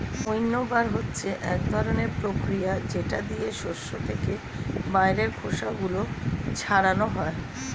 উইন্নবার হচ্ছে এক ধরনের প্রতিক্রিয়া যেটা দিয়ে শস্য থেকে বাইরের খোসা গুলো ছাড়ানো হয়